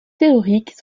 théoriques